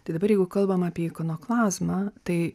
tai dabar jeigu kalbam apie ikonoklazmą tai